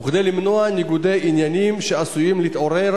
וכדי למנוע ניגוד עניינים שעשוי להתעורר